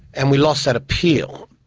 and we lost that appeal.